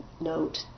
note